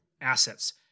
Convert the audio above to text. assets